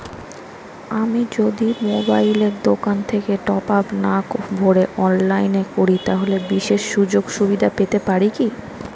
আমি যদি মোবাইলের দোকান থেকে টপআপ না ভরে অনলাইনে করি তাহলে বিশেষ সুযোগসুবিধা পেতে পারি কি?